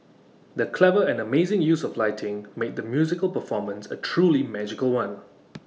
the clever and amazing use of lighting made the musical performance A truly magical one